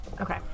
Okay